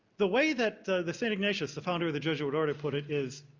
the way that the the st. ignatius, the founder of the jesuit order put it as,